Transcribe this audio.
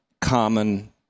common